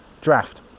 draft